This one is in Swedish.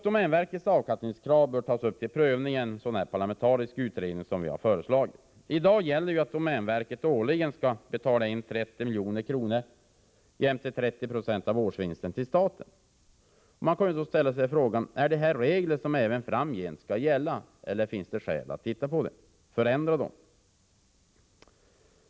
Domänverkets avkastningskrav bör tas upp till prövning i en parlamentarisk utredning, som vi har föreslagit. I dag gäller att domänverket årligen skall inbetala 30 milj.kr. jämte 30 96 av årsvinsten till staten. Är detta regler som även framgent skall gälla eller finns det skäl att förändra dem?